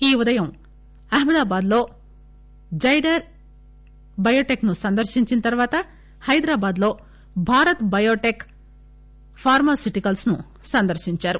ఈ ఉదయం అహ్మదాబాద్ లో జైడర్ బయోటెక్ ను సందర్శించిన తర్వాత హైదరాబాద్ లో భారత్ బయోటెక్ ఫార్కాసిటికల్స్ ను సందర్భించారు